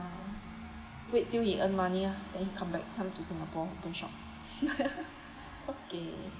wait till he earn money lah then he comeback come to singapore open shop okay